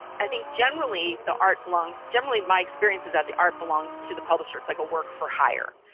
i think generally, the art belongs generally, my experience is that the art belongs to the publisher. it's like a work for hire,